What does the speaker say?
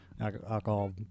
Alcohol